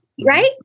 Right